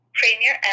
premier